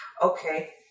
Okay